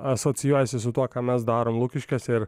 asocijuojasi su tuo ką mes darom lukiškėse ir